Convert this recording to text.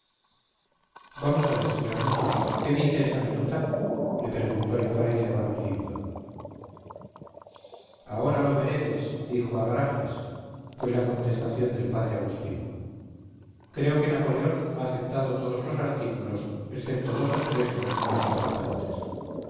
vamos a ver señor músico qué dice esa minuta le preguntó el fraile barbilindo ahora lo veredes dijo agrages fue la contestación del padre agustín creo que napoleón ha aceptado todos los artículos excepto dos o tres de los menos importantes